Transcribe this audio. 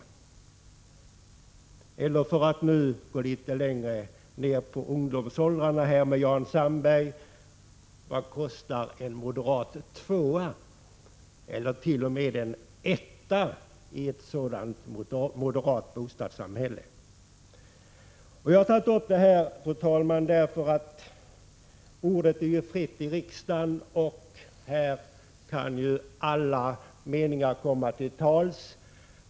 Eller för att gå litet längre ner i ungdomsåldrarna och tala t.o.m. en etta i ett ”moderat” bostadssamhälle? Jag har tagit upp detta, fru talman, därför att ordet ju är fritt i riksdagen. Här kan alla meningar komma till tals.